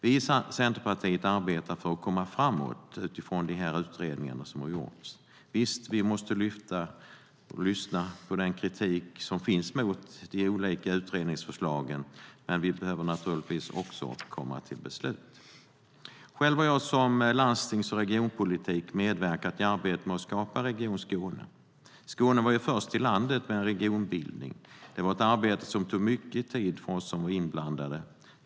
Vi i Centerpartiet arbetar för att vi ska komma framåt utifrån de utredningar som gjorts. Visst måste vi lyfta upp och lyssna på kritik som finns mot de olika utredningsförslagen. Men vi behöver naturligtvis också komma till beslut. Själv har jag som landstings och regionpolitiker medverkat i arbetet med att skapa Region Skåne. Skåne var först i landet med en regionbildning. Det var ett arbete som tog mycket tid för oss som var inblandade.